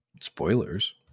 Spoilers